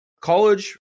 college